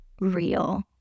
real